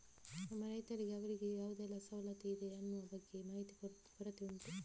ನಮ್ಮ ರೈತರಿಗೆ ಅವ್ರಿಗೆ ಯಾವುದೆಲ್ಲ ಸವಲತ್ತು ಇದೆ ಅನ್ನುದ್ರ ಬಗ್ಗೆ ಮಾಹಿತಿ ಕೊರತೆ ಉಂಟು